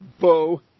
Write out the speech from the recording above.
bow